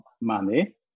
money